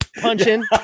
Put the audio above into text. punching